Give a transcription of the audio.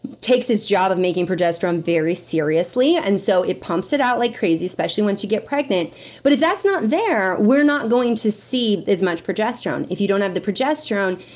takes its job of making progesterone very seriously, and so it pumps it out like crazy, especially once you get pregnant but if that's not there, we're not going to see as much progesterone. if you don't have the progesterone,